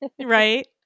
Right